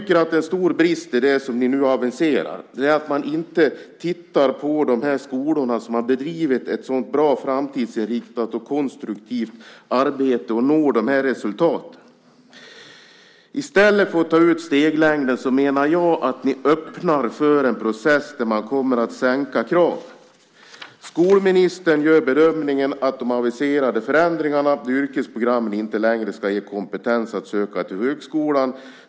En stor brist i det ni nu aviserar är att man inte tittar på de skolor som har bedrivit ett så bra framtidsinriktat och konstruktivt arbete och har nått dessa resultat. I stället för att ta ut steglängden menar jag att ni öppnar för en process där man kommer att sänka kraven. De aviserade förändringarna i yrkesprogrammen innebär att programmen inte längre ska ge kompetens att söka till högskolan.